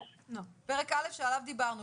שעליו דיברנו,